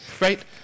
right